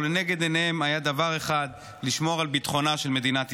ולנגד עיניהם היה דבר אחד: לשמור על ביטחונה של מדינת ישראל.